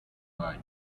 our